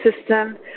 system